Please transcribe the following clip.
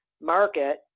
market